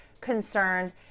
concerned